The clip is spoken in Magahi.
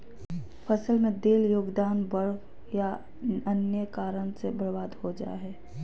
फसल में देल योगदान बर्फ या अन्य कारन से बर्बाद हो जा हइ